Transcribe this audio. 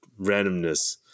randomness